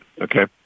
Okay